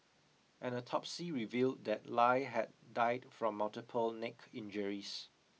an autopsy revealed that Lie had died from multiple neck injuries